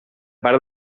part